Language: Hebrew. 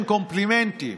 קומפלימנטים,